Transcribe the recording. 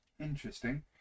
interesting